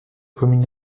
commune